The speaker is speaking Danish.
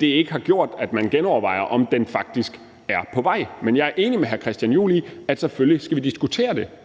ikke har gjort, at man genovervejer, om den faktisk er på vej. Men jeg er enig med hr. Christian Juhl i, at selvfølgelig skal vi diskutere det